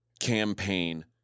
Campaign